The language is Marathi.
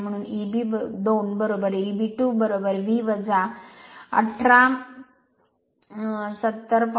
म्हणून एबी 2 Eb 2 V 18 70